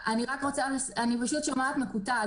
אני שומעת מקוטע,